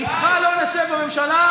איתך לא נשב בממשלה,